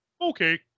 okay